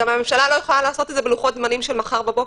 גם הממשלה לא יכולה לעשות את זה בלוחות זמנים של מחר בבוקר.